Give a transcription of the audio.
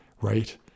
Right